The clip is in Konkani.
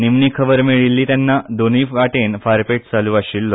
निमणी खबर मेळील्ली तेन्ना दोनूंय वाटेन फारपेट चालू आशिल्लो